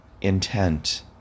intent